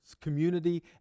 community